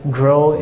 grow